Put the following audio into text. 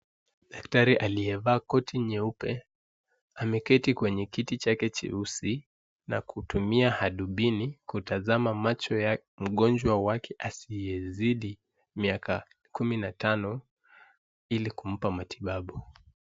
Daktari aliyevaa koti nyeupe, ameketi kwenye kiti chake cheusi na kutumia hadubini kutazama macho ya mgonjwa wake asiyezidi miaka kumi na tano ili kumpa matibabu.